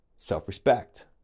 self-respect